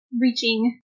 reaching